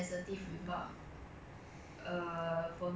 I think insensi~ insensitive remarks